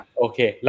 okay